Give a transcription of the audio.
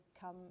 come